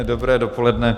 Dobré dopoledne.